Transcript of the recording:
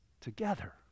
together